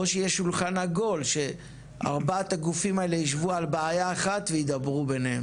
או שיש שולחן עגול שארבעת הגופים האלו ישבו על בעיה אחת וידברו ביניהם.